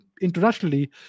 internationally